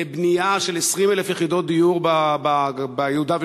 לבנייה של 20,000 יחידות דיור ביהודה ושומרון,